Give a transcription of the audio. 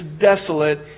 desolate